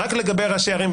לגבי ראשי ערים,